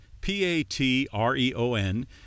P-A-T-R-E-O-N